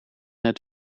het